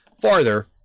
farther